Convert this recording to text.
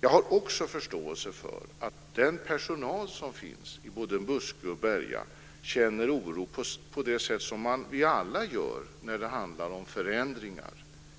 Jag har också förståelse för att den personal som finns på både Muskö och Berga känner oro på det sätt som vi alla gör när det handlar om förändringar.